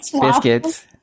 biscuits